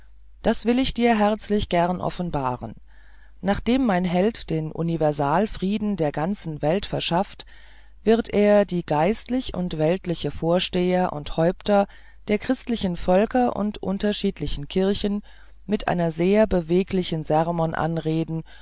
das will ich dir herzlich gern offenbaren nachdem mein held den universalfrieden der ganzen welt verschafft wird er die geist und weltliche vorsteher und häupter der christlichen völker und unterschiedlichen kirchen mit einer sehr beweglichen sermon anreden